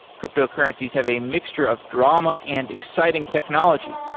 cryptocurrencies have a mixture of drama and exciting technology,